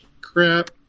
crap